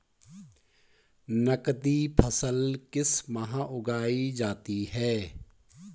नकदी फसल किस माह उगाई जाती है?